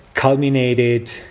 culminated